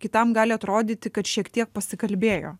kitam gali atrodyti kad šiek tiek pasikalbėjo